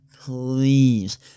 Please